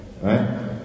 right